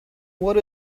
what